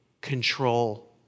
control